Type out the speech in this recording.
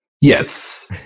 Yes